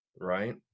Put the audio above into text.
right